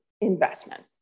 investment